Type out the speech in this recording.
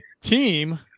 team